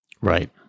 right